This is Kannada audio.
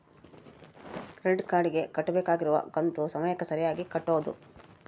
ಕ್ರೆಡಿಟ್ ಕಾರ್ಡ್ ಗೆ ಕಟ್ಬಕಾಗಿರೋ ಕಂತು ಸಮಯಕ್ಕ ಸರೀಗೆ ಕಟೋದು